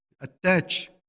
attach